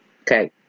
okay